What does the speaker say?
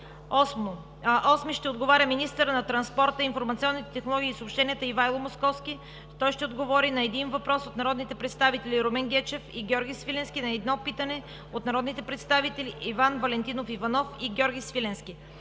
и Христо Грудев. 8. Министърът на транспорта, информационните технологии и съобщенията Ивайло Московски ще отговори на един въпрос от народните представители Румен Гечев и Георги Свиленски и на едно питане от народните представители Иван Валентинов Иванов и Георги Свиленски.